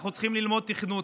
אנחנו צריכים ללמוד תכנות,